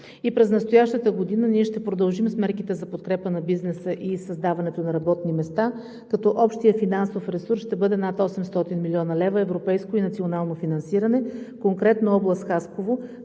И през настоящата година ние ще продължим с мерките за подкрепа на бизнеса и създаването на работни места, като общият финансов ресурс ще бъде над 800 млн. лв. европейско и национално финансиране. Конкретно област Хасково